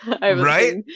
right